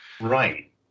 Right